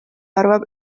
arvab